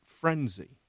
Frenzy